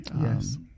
Yes